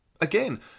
Again